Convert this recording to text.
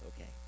Okay